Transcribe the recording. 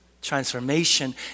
transformation